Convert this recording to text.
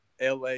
LA